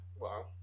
Wow